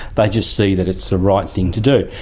they just see that it's the right thing to do.